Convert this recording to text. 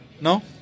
No